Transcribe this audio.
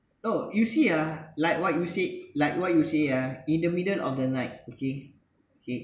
no you see ah like what you said like what you say ah in the middle of the night okay okay